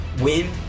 Win